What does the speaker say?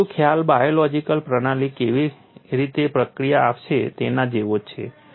પરંતુ ખ્યાલ બાયોલૉજિકલ પ્રણાલી કેવી રીતે પ્રતિક્રિયા આપશે તેના જેવો જ છે